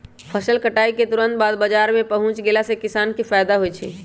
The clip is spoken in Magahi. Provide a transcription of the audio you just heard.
फसल कटाई के तुरत बाद बाजार में पहुच गेला से किसान के फायदा होई छई